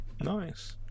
Nice